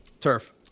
Turf